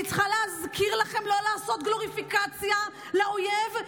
אני צריכה להזכיר לכם לא לעשות גלוריפיקציה לאויב?